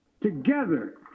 together